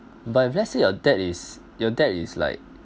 but if let's say your debt is your debt is like